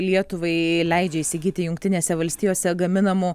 lietuvai leidžia įsigyti jungtinėse valstijose gaminamų